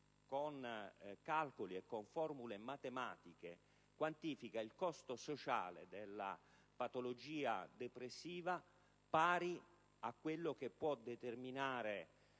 con calcoli e con formule matematiche, il costo sociale della patologia depressiva, pari a quello che possono determinare